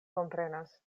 komprenas